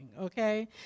okay